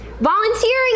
volunteering